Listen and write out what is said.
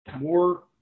more